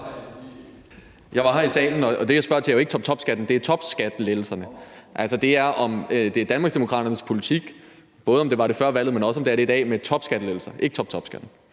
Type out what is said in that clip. jeg var her i salen, og det, jeg spørger til, er jo ikke toptopskatten. Det er topskattelettelserne. Altså, det er, om det er Danmarksdemokraternes politik, både om det var det før valget, men også om det er det i dag, med topskattelettelser – ikke toptopskatten.